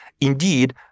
indeed